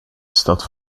staat